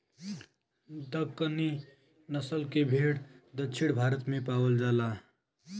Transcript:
दक्कनी नसल के भेड़ दक्षिण भारत में पावल जाला